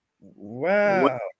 wow